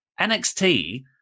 NXT